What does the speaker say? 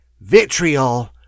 vitriol